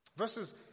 Verses